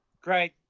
Great